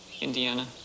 indiana